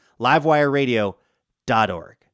LiveWireRadio.org